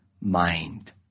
mind